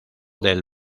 del